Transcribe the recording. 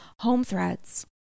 HomeThreads